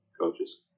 coaches